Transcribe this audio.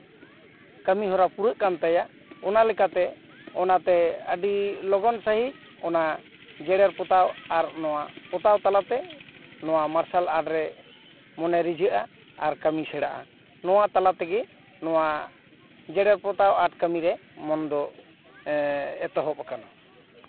ᱠᱟᱹᱢᱤ ᱦᱚᱨᱟ ᱯᱩᱨᱟᱹᱜ ᱠᱟᱱ ᱛᱟᱭᱟ ᱚᱱᱟ ᱞᱮᱠᱟᱛᱮ ᱚᱱᱟᱛᱮ ᱟᱹᱰᱤ ᱞᱚᱜᱚᱱ ᱥᱟᱺᱦᱤᱡ ᱚᱱᱟ ᱡᱮᱨᱮᱲ ᱯᱚᱛᱟᱣ ᱟᱨ ᱱᱚᱣᱟ ᱯᱚᱛᱟᱣ ᱛᱟᱞᱟ ᱛᱮ ᱱᱚᱣᱟ ᱢᱟᱨᱥᱟᱞ ᱟᱨᱴ ᱨᱮ ᱢᱚᱱᱮ ᱨᱤᱡᱷᱟᱹᱜᱼᱟ ᱟᱨ ᱠᱟᱹᱢᱤ ᱥᱮᱬᱟᱜᱼᱟ ᱱᱚᱣᱟ ᱛᱟᱞᱟ ᱛᱮᱜᱮ ᱱᱚᱣᱟ ᱡᱮᱨᱮᱲ ᱯᱚᱛᱟᱣ ᱟᱨᱴ ᱠᱟᱹᱢᱤᱨᱮ ᱢᱚᱱ ᱫᱚ ᱮ ᱮᱛᱚᱦᱚᱵ ᱟᱠᱟᱱᱟ